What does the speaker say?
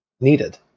needed